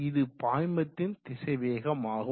இது பாய்மத்தின் திசைவேகம் ஆகும்